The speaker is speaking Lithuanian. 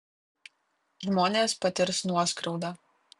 žmonės patirs nuoskriaudą